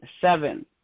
seven